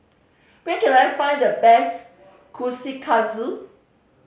where can I find the best Kushikatsu